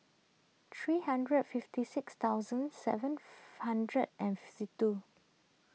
three hundred fifty six thousand seven hundred and fifty two